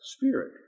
spirit